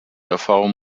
erfahrung